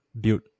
build